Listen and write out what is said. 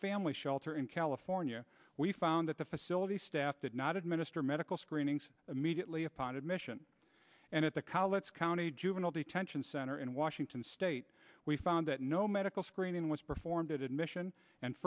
family shelter in california we found that the facility staff did not administer medical screenings immediately upon admission and at the collatz county juvenile detention center in washington state we found that no medical screening was performed at admission and